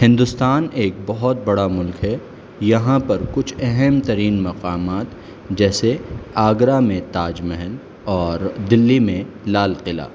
ہندوستان ایک بہت بڑا ملک ہے یہاں پر کچھ اہم ترین مقامات جیسے آگرہ میں تاج محل اور دہلی میں لال قلعہ